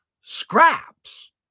scraps